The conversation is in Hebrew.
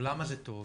למה זה טוב?